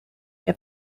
que